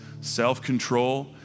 self-control